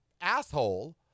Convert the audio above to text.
asshole